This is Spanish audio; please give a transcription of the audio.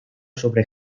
sobre